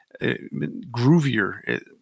groovier